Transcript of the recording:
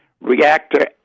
Reactor